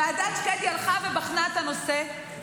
ועדת שקדי הלכה ובחנה את הנושא,